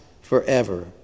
forever